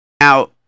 now